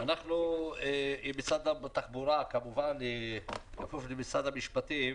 משרד התחבורה כמובן, בכפוף למשרד המשפטים,